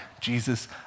Jesus